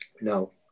No